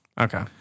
Okay